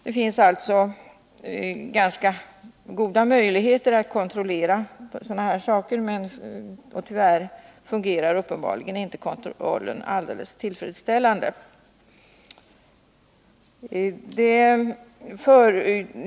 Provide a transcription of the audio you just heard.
Det finns alltså goda möjligheter att kontrollera sådana här saker, men tyvärr fungerar uppenbarligen inte kontrollen helt tillfredsställande.